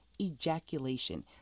ejaculation